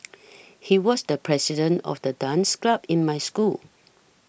he was the president of the dance club in my school